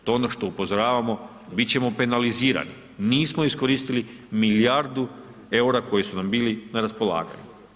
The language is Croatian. To je ono što upozoravamo, biti ćemo penalizirani, nismo iskoristili milijardu eura koje su nam bili na raspolaganju.